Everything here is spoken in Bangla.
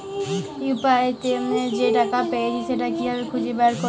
ইউ.পি.আই তে যে টাকা পেয়েছি সেটা কিভাবে খুঁজে বের করবো?